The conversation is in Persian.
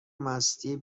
مستی